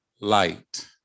light